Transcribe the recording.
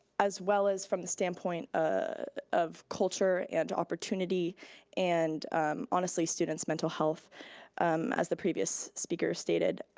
as well as from the standpoint ah of culture and opportunity and honestly student's mental health as the previous speaker stated.